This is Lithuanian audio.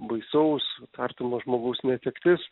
baisaus artimo žmogaus netektis